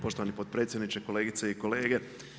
Poštovani potpredsjedniče, kolegice i kolege.